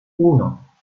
uno